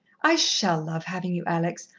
i shall love having you, alex,